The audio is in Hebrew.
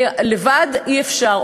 ולבד אי-אפשר,